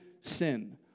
sin